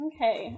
Okay